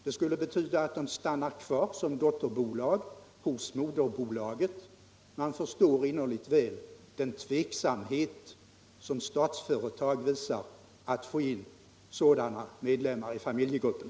Det skulle betyda att företagen stannar kvar som dotterbolag hos moderbolaget. Man förstär innerligt väl den tveksamhet som Statsföretag visar inför utsikten att få in sådana medlemmar i familjegruppen.